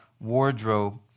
wardrobe